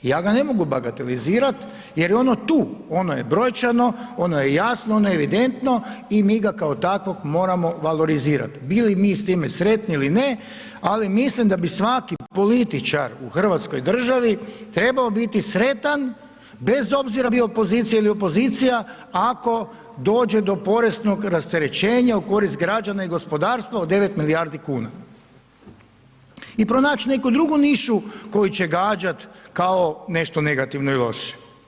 Ja ga ne mogu bagatelizirat jer je ono tu, ono je brojčano, ono je jasno, ono je evidentno i mi ga kao takvog moramo valorizirat, bili mi s time sretni ili ne ali mislim da bi svaki političar u hrvatskoj državi trebao biti sretan bez obzira bio pozicija ili opozicija ako dođe do poreznog rasterećenja u korist građana i gospodarstva od 9 milijardi kuna i pronać neku drugu nišu koju će gađat kao nešto negativno i loše.